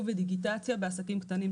מחשוב תקצוב ודיגיטציה בעסקים קטנים,